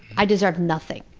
i deserve nothing.